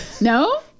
No